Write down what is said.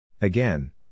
Again